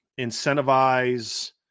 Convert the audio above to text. incentivize